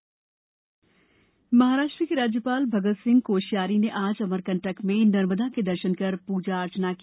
महाराष्ट्र राज्यपाल महाराष्ट्र के राज्यपाल भगत सिंह कोश्यारी ने आज अमरकंटक में नर्मदा के दर्शन कर पूजा अर्चना की